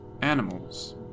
animals